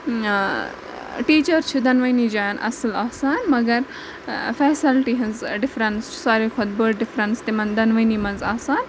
teacher چھِ دۄنوٕنی جایَن اَصٕل آسان مگر فیسَلٹی ہِںٛز ڈِفرَنٕس چھِ ساروی کھۄتہٕ بٔڑ ڈِفرَنٕس تِمَن دۄنوٕنی منٛز آسان